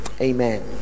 Amen